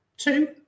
two